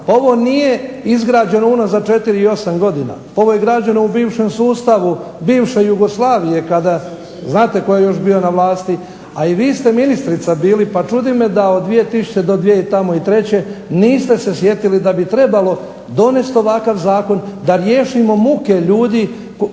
ovo nije izgrađeno unazad 4 i 8 godina. Ovo je građeno u bivšem sustavu bivše Jugoslavije kada znate tko je još bio na vlasti, a i vi ste ministrica bili pa me čudi da od 2000. do 2003. niste se sjetili da bi trebalo donesti ovakav zakon da riješimo muke ljudi